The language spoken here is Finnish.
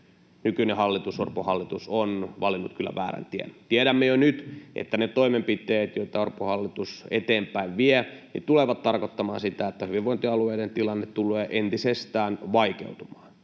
nykyinen Orpon hallitus on valinnut kyllä väärän tien. Tiedämme jo nyt, että ne toimenpiteet, joita Orpon hallitus eteenpäin vie, tulevat tarkoittamaan sitä, että hyvinvointialueiden tilanne tulee entisestään vaikeutumaan.